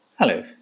Hello